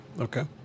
Okay